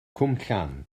cwmllan